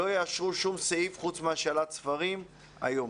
תאשר שום סעיף חוץ מהשאלת ספרים היום.